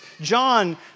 John